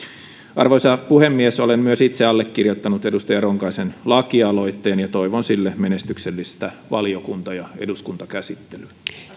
arvoisa puhemies olen myös itse allekirjoittanut edustaja ronkaisen lakialoitteen ja toivon sille menestyksellistä valiokunta ja eduskuntakäsittelyä